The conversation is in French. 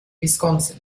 wisconsin